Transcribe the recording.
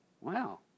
Wow